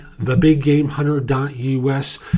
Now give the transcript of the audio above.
TheBigGameHunter.us